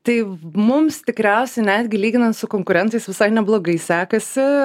tai mums tikriausiai netgi lyginant su konkurentais visai neblogai sekasi